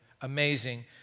amazing